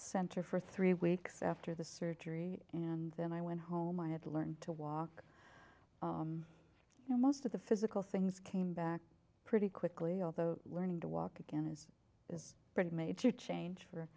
center for three weeks after the surgery and then i went home i had to learn to walk you know most of the physical things came back pretty quickly although learning to walk again is pretty major change for